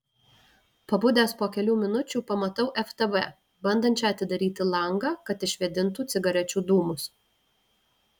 pabudęs po kelių minučių pamatau ftb bandančią atidaryti langą kad išvėdintų cigarečių dūmus